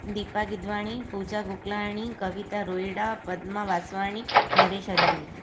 Deepa Gidwani Pooja Gokalani Kavita Rohira Padma Vaswani Naresh Hariyani